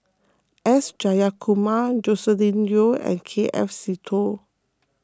S Jayakumar Joscelin Yeo and K F Seetoh